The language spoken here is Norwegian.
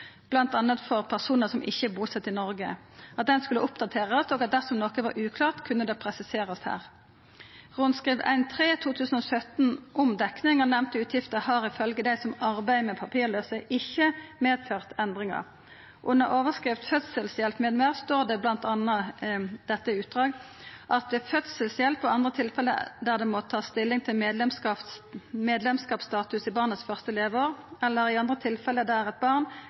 for personar som ikkje er busette i Noreg, skulle oppdaterast, og at dersom noko var uklart, kunne det presiserast her. Rundskriv 1-3/2017 om dekning av denne utgifta har ifølgje dei som arbeider med papirlause, ikkje medført endringar. Under overskrifta Fødselshjelp mv. står det bl.a.: «Ved fødselshjelp og andre tilfeller der det må tas stilling til medlemskapsstatus i barnets første leveår, eller i andre tilfeller der et barn